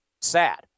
Sad